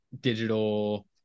digital